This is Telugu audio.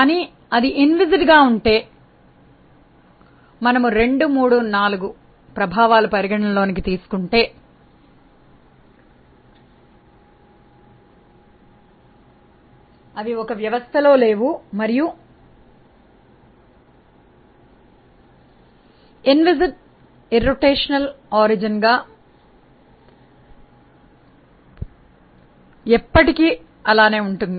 కానీ అది ఇన్విస్కడ్ గా ఉంటే మరియు మనము ఆ ప్రభావాలు పరిగణలోకి తీసుకుంటే పేజీ 3 23 మరియు 4 ఒక వ్యవస్థలో లేవు అది ఇన్విస్కిద్ మరియు భ్రమణ రహిత మూలం మరియు అది ఎప్పటికీ అలానే ఉంటుంది